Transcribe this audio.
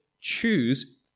choose